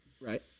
Right